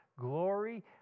glory